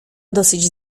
dosyć